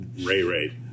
Ray-Ray